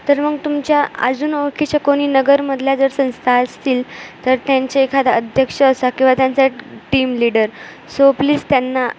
तर मग तुमच्या अजून ओळखीच्या कोणी नगरमधल्या जर संस्था असतील तर त्यांचे एखाद अध्यक्ष असा किंवा त्यांचा टीम लीडर सो प्लीज त्यांना